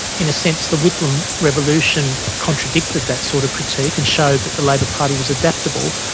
in a sense, the whitlam revolution contradicted that sort of critique and showed that the labor party was adaptable.